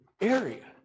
area